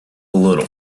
little